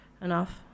enough